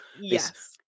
Yes